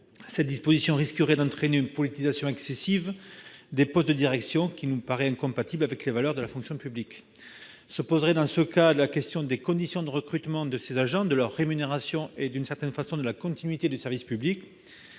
Cette disposition risquerait d'entraîner une politisation de ces postes de direction, qui nous paraît incompatible avec les valeurs de la fonction publique. Se poserait alors la question des conditions de recrutement de ces agents, de leur rémunération et, d'une certaine façon, de la continuité du service public.